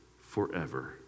forever